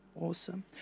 Awesome